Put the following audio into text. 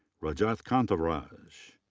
rajath kantharaj.